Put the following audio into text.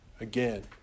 Again